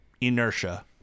inertia